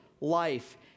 life